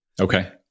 Okay